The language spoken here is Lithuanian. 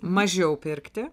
mažiau pirkti